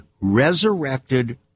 resurrected